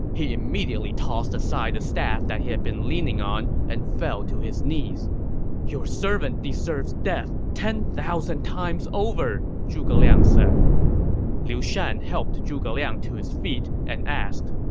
he immediately tossed aside the stave he had been leaning on and fell to his knees your servant deserves death ten thousand times over! zhuge liang said liu shan helped zhuge liang to his feet and asked,